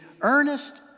earnest